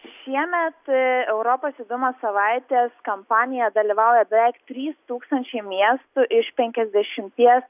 šiemet europos judumo savaitės kampanija dalyvauja beveik trys tūkstančiai miestų iš penkiasdešimties